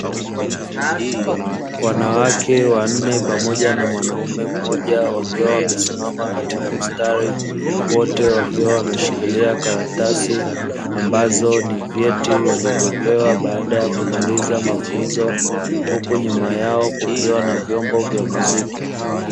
Wanawake wanne pamoja na mwanaume mmoja wakiwa wamesimama katika mstari, wote wakiwa wameshikilia karatasi ambazo ni vyeti ambavyo wamepewa baada ya kumaliza mafunzo; huku nyuma yao kukiwa na vyombo vya muziki.